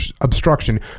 obstruction